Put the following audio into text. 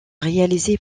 réalisé